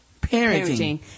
parenting